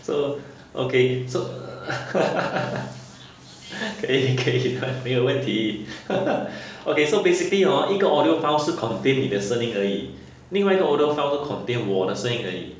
so okay so 可以可以没有问题 okay so basically 一个 audio file 是 contain 你的声音而已另外一个 audio file 是 contain 我的声音而已